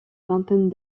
vingtaine